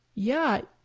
yeah,